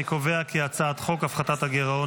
אני קובע כי הצעת חוק הפחתת הגירעון